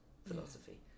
Philosophy